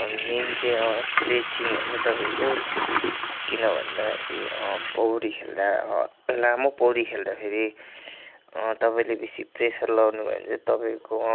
main चाहिँ stretching हुन्छ तपाईँको किन भन्दाखेरि पौडी खेल्दा लामो पौडी खेल्दाखेरि तपाईँले बेसी प्रेसर लाउनुभयो भने चाहिँ तपाईँको